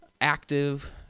active